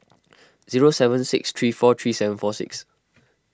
zero seven six three four three seven four six